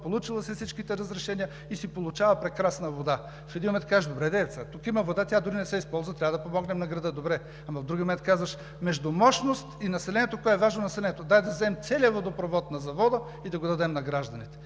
получила си е всичките разрешения и си получава прекрасна вода. В един момент казваш: добре де, тук има вода, тя дори не се използва, трябва да помогнем на града. Добре, ама в другия момент казваш: между мощност и населението кое е важно, населението?! Дай да вземем целия водопровод на завода и да го дадем на гражданите.